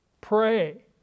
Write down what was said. pray